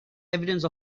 evidence